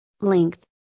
Length